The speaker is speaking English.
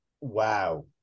Wow